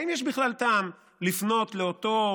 האם יש בכלל טעם לפנות לאותו